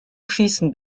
schießen